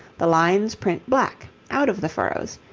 the lines print black, out of the furrows,